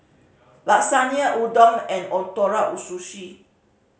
Lasagne Udon and Ootoro Sushi